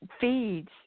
feeds